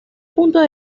puntos